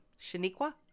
Shaniqua